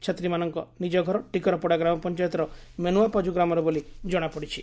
ଛାତ୍ରୀମାନଙ୍କ ନିଜଘର ଟିକରପଡା ଗ୍ରାମପଞାୟତର ମେନୁଆପାଜୁ ଗ୍ରାମର ବୋଲି ଜଣାପଡ଼ିଛି